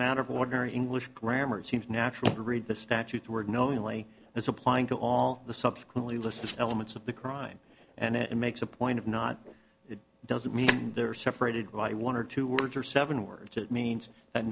matter of ordinary english grammar it seems natural to read the statute word knowingly as applying to all the subsequently list elements of the crime and it makes a point of not it doesn't mean they're separated by one or two words or seven words it means that